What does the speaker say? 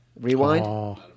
rewind